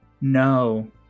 No